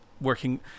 working